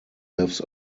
lives